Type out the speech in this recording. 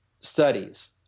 studies